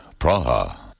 Praha